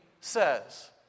says